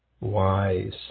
wise